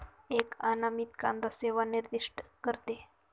एक अनामित कांदा सेवा निर्दिष्ट करते